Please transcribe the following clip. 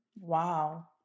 Wow